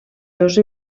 dos